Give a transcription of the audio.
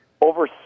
over